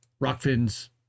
Rockfin's